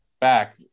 back